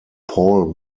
paul